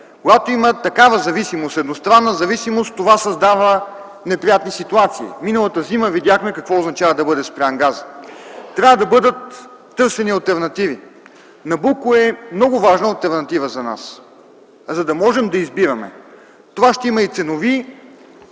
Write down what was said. Когато има такава едностранна зависимост, това създава неприятни ситуации. Миналата зима видяхме какво означава да бъде спряна газта. Трябва да бъдат търсени алтернативи. „Набуко” е много важна алтернатива за нас, за да можем да избираме. Това ще има ценови